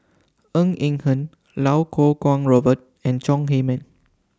Ng Eng Hen Iau Kuo Kwong Robert and Chong Heman